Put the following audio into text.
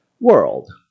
world